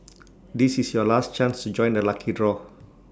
this is your last chance to join the lucky draw